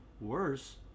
worse